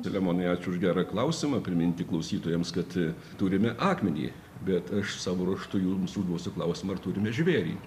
selemonai ačiū už gerą klausimą priminti klausytojams kad turime akmenį bet aš savo ruožtu jums užduosiu klausimą ar turime žvėrį